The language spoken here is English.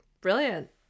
Brilliant